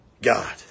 God